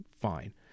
fine